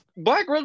Black